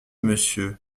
monsieur